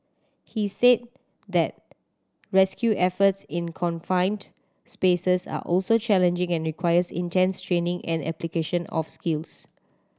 he said that rescue efforts in confined spaces are also challenging and requires intense training and application of skills